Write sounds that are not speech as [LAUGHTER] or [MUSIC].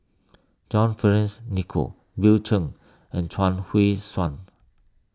[NOISE] John Fearns Nicoll Bill Chen and Chuang Hui Tsuan